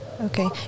okay